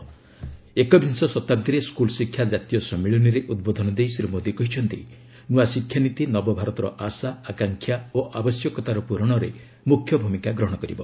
'ଏକବିଂଶ ଶତାବ୍ଦୀରେ ସ୍କୁଲ୍ ଶିକ୍ଷା କାତୀୟ ସମ୍ମିଳନୀ'ରେ ଉଦ୍ବୋଧନ ଦେଇ ଶ୍ରୀ ମୋଦି କହିଛନ୍ତି ନୂଆ ଶିକ୍ଷାନୀତି ନବଭାରତର ଆଶା ଆକାଂକ୍ଷା ଓ ଆବଶ୍ୟକତାର ପୂରଣରେ ମୁଖ୍ୟ ଭୂମିକା ଗ୍ରହଣ କରିବ